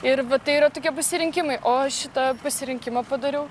ir tai yra tokie pasirinkimai o aš šitą pasirinkimą padariau